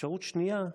אפשרות שנייה,